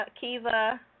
Kiva